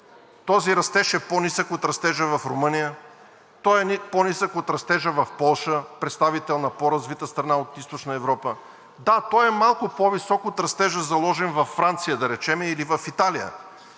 Този растеж е по-нисък от растежа в Румъния. Той е по-нисък от растежа в Полша – представител на по-развита страна от Източна Европа. Да, той е малко по-висок от растежа, заложен във Франция, да речем, или в Италия.